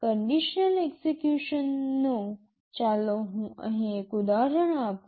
conditional execution નો ચાલો હું અહીં એક ઉદાહરણ આપું